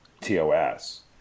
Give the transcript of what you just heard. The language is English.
TOS